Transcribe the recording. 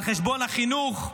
על חשבון החינוך,